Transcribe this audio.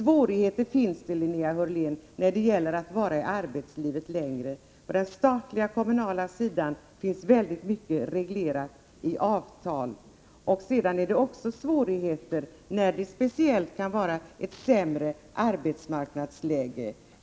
Det finns svårigheter, Linnea Hörlén, med att vara kvar längre i arbetslivet. På den statliga och den kommunala sidan är mycket av detta reglerat i avtal. Det kan dessutom finnas svårigheter i ett sämre arbetsmarknadsläge.